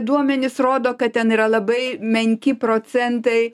duomenys rodo kad ten yra labai menki procentai